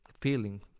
feeling